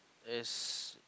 is